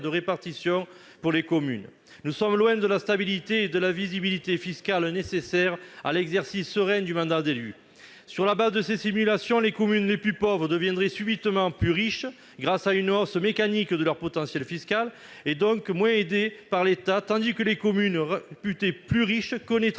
de répartition pour les communes. Nous sommes loin de la stabilité et de la visibilité fiscales nécessaires à l'exercice serein du mandat d'élu. Sur la base de ces simulations, les communes les plus pauvres deviendraient subitement plus riches, grâce à une hausse mécanique de leur potentiel fiscal, et donc moins aidées par l'État, tandis que des communes réputées plus riches, connaîtraient